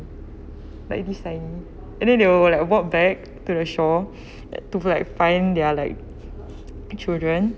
like this tiny and then they will like walk back to the shore to like find their like children